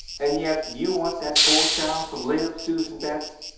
an' yet you want that poor child to live, susan betts!